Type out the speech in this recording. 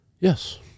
Yes